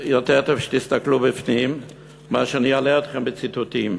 יותר טוב שתסתכלו בפנים מאשר שאני אלאה אתכם בציטוטים,